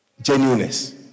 genuineness